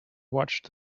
watched